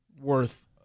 worth